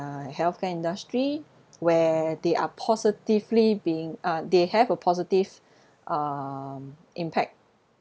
uh healthcare industry where they are positively being uh they have a positive um impact